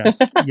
yes